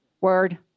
word